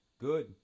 Good